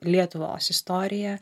lietuvos istoriją